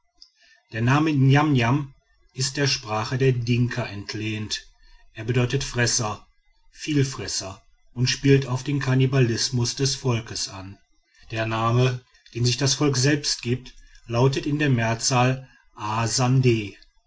der name niamniam ist der sprache der dinka entlehnt er bedeutet fresser vielfresser und spielt auf den kannibalismus des volkes an der name den sich das volk selbst gibt lautet in der mehrzahl